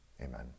Amen